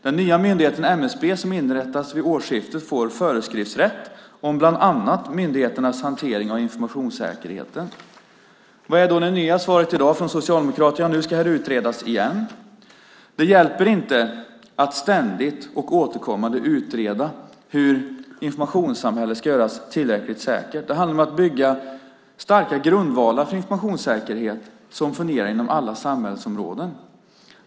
Den nya myndigheten MSB, som inrättas vid årsskiftet, får föreskriftsrätt om bland annat myndigheternas hantering av informationssäkerheten. Vad är då svaret i dag från Socialdemokraterna? Jo, nu ska det utredas igen. Det hjälper inte att ständigt och återkommande utreda hur informationssamhället ska göras tillräckligt säkert. Det handlar om att bygga starka grundvalar för informationssäkerhet som fungerar inom alla samhällsområden.